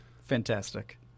fantastic